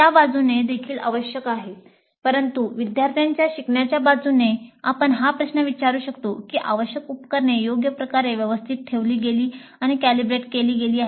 ही त्या बाजूने देखील आवश्यक आहे परंतु विद्यार्थ्यांच्या शिकण्याच्या बाजूने आपण हा प्रश्न विचारू शकतो की "आवश्यक उपकरणे योग्य प्रकारे व्यवस्थित ठेवली गेली आणि कॅलिब्रेट केली गेली